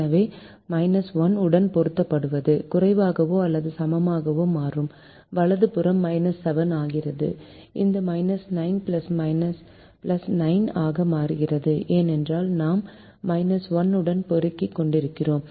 எனவே 1 உடன் பெருக்கப்படுவது குறைவாகவோ அல்லது சமமாகவோ மாறும் வலது புறம் 7 ஆகிறது இந்த 9 9 ஆக மாறுகிறது ஏனென்றால் நாம் 1 உடன் பெருக்கிக் கொண்டிருக்கிறோம்